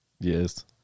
Yes